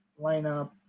lineup